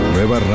Nueva